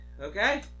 Okay